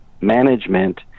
management